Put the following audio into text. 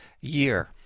year